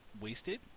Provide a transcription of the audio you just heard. wasted